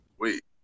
Wait